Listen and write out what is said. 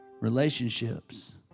relationships